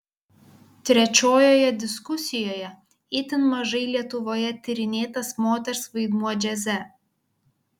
trečiojoje diskusijoje itin mažai lietuvoje tyrinėtas moters vaidmuo džiaze